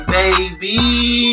baby